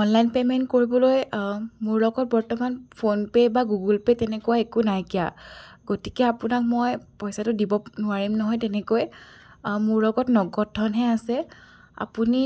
online payment কৰিবলৈ মোৰ লগত বৰ্তমান ফোনপে' বা গুগুলপে' তেনেকুৱা একো নাইকিয়া গতিকে আপোনাক মই পইচাটো দিব নোৱাৰিম নহয় তেনেকৈ মোৰ লগত নগদ ধনহে আছে আপুনি